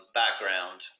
background